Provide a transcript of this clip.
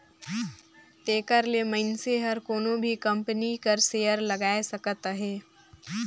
तेकर ले मइनसे हर कोनो भी कंपनी कर सेयर लगाए सकत अहे